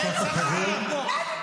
זה לוחם שקברנו אתמול.